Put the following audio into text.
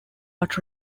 but